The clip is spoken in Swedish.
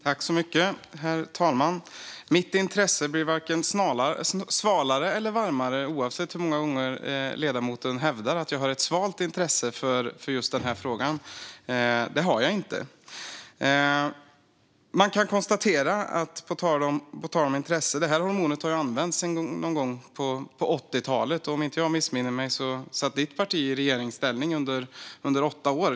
Herr talman! Mitt intresse blir varken svalare eller varmare oavsett hur många gånger som ledamoten hävdar att jag har ett svalt intresse för just denna fråga. Det har jag inte. På tal om intresse kan man konstatera att detta hormon har använts sedan någon gång på 1980-talet. Om jag inte missminner mig satt ledamotens parti i regeringsställning under åtta år.